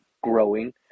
growing